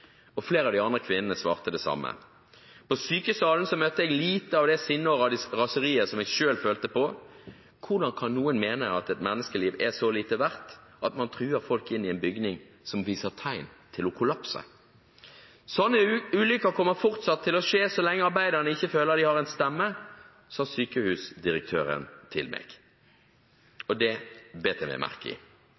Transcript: bein. Flere av de andre kvinnene svarte det samme. På sykesalen møtte jeg lite av det sinnet og raseriet som jeg selv følte på. Hvordan kan noen mene at et menneskeliv er så lite verdt at man truer folk inn i en bygning som viser tegn til å kollapse? Sånne ulykker kommer fortsatt til å skje så lenge arbeiderne ikke føler de har en stemme, sa sykehusdirektøren til meg, og det bet jeg meg merke i. Vi